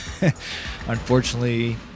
Unfortunately